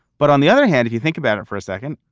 but on the other hand, if you think about it for a second,